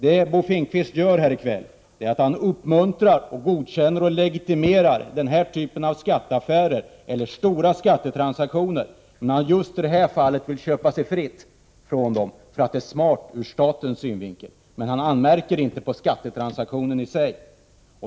| Det Bo Finnkvist gör här i kväll är att han uppmuntrar, godkänner och legitimerar den här typen av stora skattetransaktioner. Han vill just i det här | fallet köpa sig fri från dem, därför att det är smart ur statens synvinkel, men | han anmärker inte på skattetransaktionen i sig.